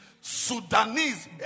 Sudanese